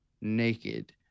naked